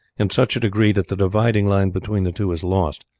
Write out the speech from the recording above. in such a degree that the dividing line between the two is lost,